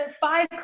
five